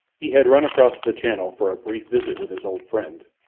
he had run across the channel for a brief visit with his old friend,